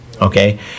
okay